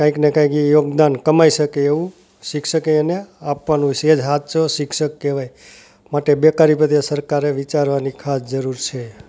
કંઈકને કંઈક એ યોગદાન કમાઈ શકે એવું શિક્ષકે એને આપવાનું છે એ જ સાચો શિક્ષક કહેવાય માટે બેકારી પડે સરકારે વિચારવાની ખાસ જરૂર છે